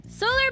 solar